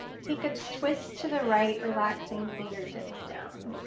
take a twist to the right, relaxing fingertips down.